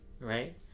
Right